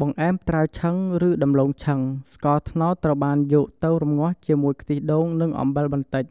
បង្អែមត្រាវឆឹងឬដំឡូងឆឹង ស្ករត្នោតត្រូវបានយកទៅរំងាស់ជាមួយខ្ទិះដូងនិងអំបិលបន្តិច